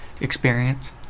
experience